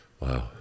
Wow